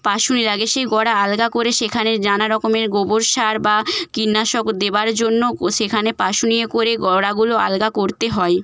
পাশুনি লাগে সেই গোড়া আলগা করে সেখানে নানা রকমের গোবর সার বা কীটনাশক দেওয়ার জন্য ক্ সেখানে পাশুনিয়ে করে গোড়াগুলো আলগা করতে হয়